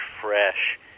fresh